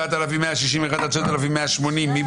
8,261 עד 8,280, מי